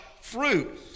fruit